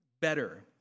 better